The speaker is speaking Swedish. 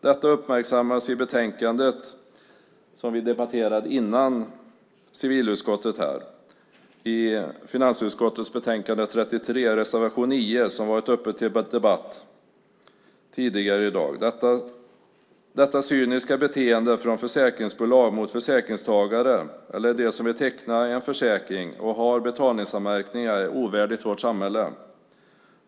Det uppmärksammas i finansutskottets betänkande 33 reservation 9, som varit uppe till debatt tidigare i dag. Detta cyniska beteende från försäkringsbolag mot försäkringstagare, eller mot dem som vill teckna en försäkring och har betalningsanmärkningar, är ovärdigt vårt samhälle.